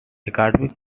theory